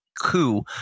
coup